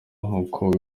nk’uko